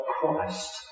Christ